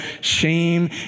shame